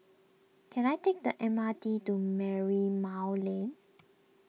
can I take the M R T to Merlimau Lane